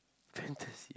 fantasy